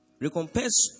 Recompense